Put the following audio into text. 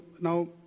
now